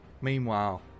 meanwhile